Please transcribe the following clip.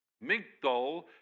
Migdol